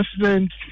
president